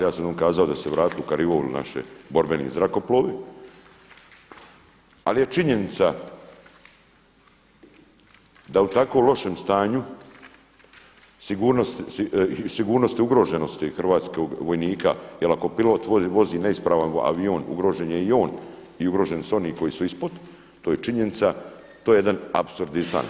Ja sam kazao da su vratili u kariolu naši borbeni zrakoplovi, ali je činjenica da u tako lošem stanju sigurnosti i ugroženosti hrvatskog vojnika jer ako pilot vozi neispravan avion ugrožen je i on i ugroženi su i oni koji su ispod, to je činjenica, to je jedan apsurdizam.